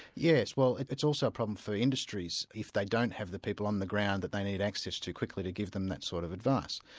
yes, well, it's also a problem for the industries if they don't have the people on the ground that they need access to quickly to give them that sort of advice.